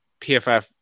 PFF